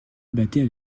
battaient